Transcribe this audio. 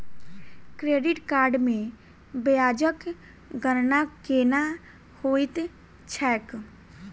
credit card मे ब्याजक गणना केना होइत छैक